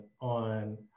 on